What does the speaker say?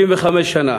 65 שנה